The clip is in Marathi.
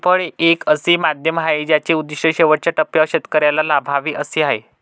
प्रतिफळ हे एक असे माध्यम आहे ज्याचे उद्दिष्ट शेवटच्या टप्प्यावर शेतकऱ्याला लाभावे असे आहे